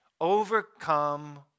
overcome